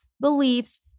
beliefs